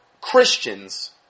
Christians